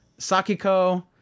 Sakiko